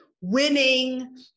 winning